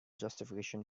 justification